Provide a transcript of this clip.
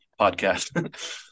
podcast